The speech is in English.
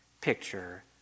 picture